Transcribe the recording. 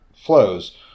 flows